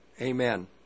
Amen